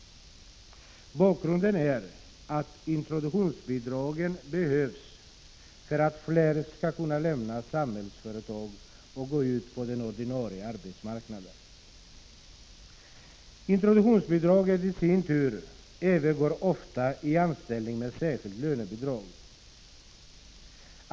Bakgrunden är att introduktionsbidragen behövs för att fler skall kunna lämna Samhällsföretag och gå ut på den ordinarie arbetsmarknaden. Introduktionsbidraget övergår i sin tur ofta i anställning med särskilt lönebidrag.